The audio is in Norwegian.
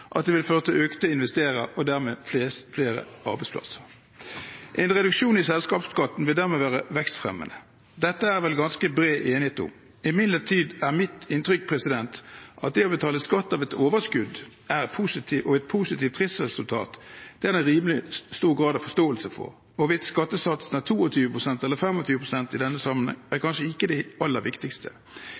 at det vil føre til økte investeringer og dermed flere arbeidsplasser. En reduksjon i selskapsskatten vil dermed være vekstfremmende. Dette er det vel ganske bred enighet om. Imidlertid er mitt inntrykk at det å betale skatt av et overskudd og et positivt driftsresultat er det rimelig stor grad av forståelse for. Hvorvidt skattesatsen er 22 pst. eller 25 pst. i denne sammenheng, er kanskje ikke det aller viktigste,